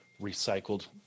recycled